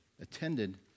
attended